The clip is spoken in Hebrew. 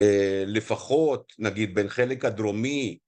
לפחות נגיד בין חלק הדרומי